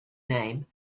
name